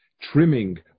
trimming